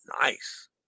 Nice